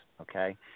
okay